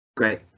Great